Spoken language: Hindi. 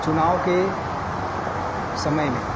चुनाव के समय में